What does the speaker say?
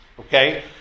Okay